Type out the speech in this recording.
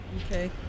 Okay